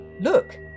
look